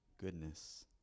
goodness